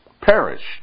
perished